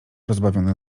rozbawiony